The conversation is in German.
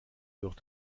durch